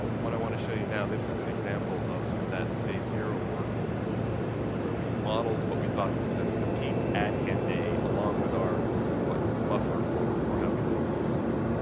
um what i want to show you now, this is an example of some of that phase zero work where we modeled what we thought the the peak adcan day along with our buffer for for how we built systems.